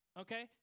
okay